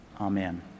Amen